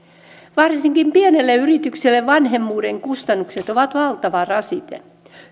varsinkin pienelle yritykselle vanhemmuuden kustannukset ovat valtava rasite